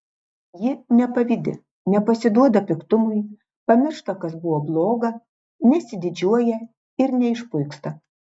ji nepavydi nepasiduoda piktumui pamiršta kas buvo bloga nesididžiuoja ir neišpuiksta